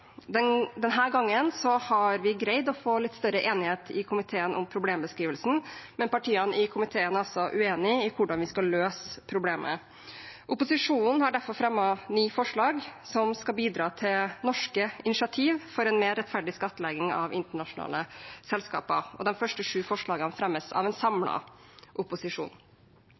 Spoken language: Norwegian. har vi greid å få litt større enighet i komiteen om problembeskrivelsen, men partiene i komiteen er uenige i hvordan vi skal løse problemet. Opposisjonen har derfor fremmet elleve forslag som skal bidra til norske initiativer for en mer rettferdig skattlegging av internasjonale selskaper, og de første sju forslagene fremmes av en samlet opposisjon.